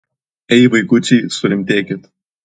ei vaikučiai surimtėkit